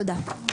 תודה.